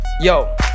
Yo